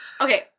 Okay